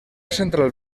central